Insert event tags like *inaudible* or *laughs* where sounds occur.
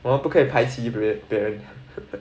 我们不可以排挤别别人 *laughs*